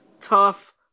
tough